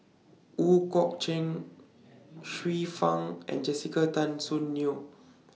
Ooi Kok Chuen Xiu Fang and Jessica Tan Soon Neo